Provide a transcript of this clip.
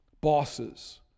bosses